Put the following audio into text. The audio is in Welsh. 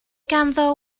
ganddo